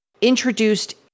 introduced